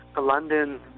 London